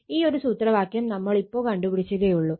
ഈ ഒരു സൂത്രവാക്യം നമ്മൾ ഇപ്പോ കണ്ടു പിടിച്ചതേ ഒള്ളു